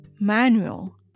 manual